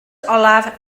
olaf